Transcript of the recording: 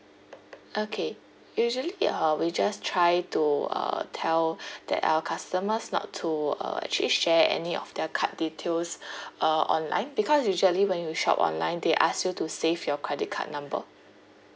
okay usually uh we just try to uh tell that our customers not to uh actually share any of their card details uh online because usually when you shop online they ask you to save your credit card number